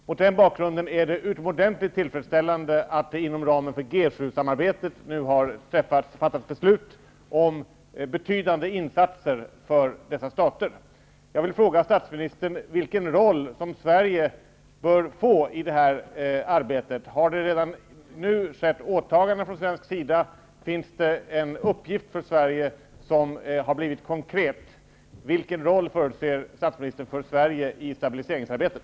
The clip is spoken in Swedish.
Mot den bakgrunden är det utomordentligt tillfredsställande att det inom ramen för G 7-samarbetet nu har fattats beslut om betydande insatser för dessa stater. Jag vill fråga statsministern vilken roll som Sverige bör få i detta arbete. Har det redan nu skett åtaganden från svensk sida? Finns det en uppgift för Sverige som har blivit konkret? Vilken roll förutser statsministern för Sverige i stabiliseringsarbetet?